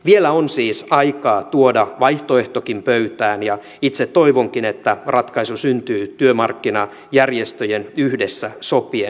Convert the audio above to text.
vielä on siis aikaa tuoda vaihtoehtokin pöytään ja itse toivonkin että ratkaisu syntyy työmarkkinajärjestöjen yhdessä sopien